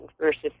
versus